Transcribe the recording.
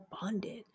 bonded